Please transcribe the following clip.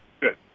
Good